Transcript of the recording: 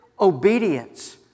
Obedience